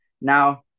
now